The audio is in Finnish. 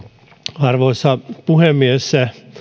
arvoisa puhemies